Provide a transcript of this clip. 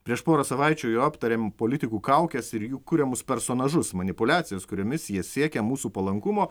prieš porą savaičių jau aptarėm politikų kaukes ir jų kuriamus personažus manipuliacijas kuriomis jie siekia mūsų palankumo